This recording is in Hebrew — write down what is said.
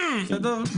בסדר?